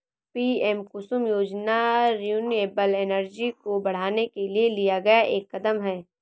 PM Kusum योजना renewable energy को बढ़ाने के लिए लिया गया एक कदम है